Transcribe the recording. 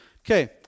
Okay